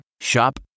Shop